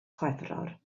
chwefror